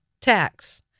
tax